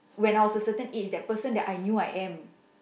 when I was a certain age that person that I knew I am